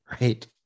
right